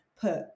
put